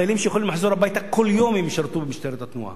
חיילים שיכולים לחזור הביתה כל יום אם הם ישרתו במשטרת התנועה.